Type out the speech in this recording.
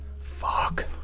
Fuck